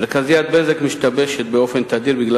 מרכזיית "בזק" משתבשת באופן תדיר בגלל